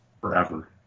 forever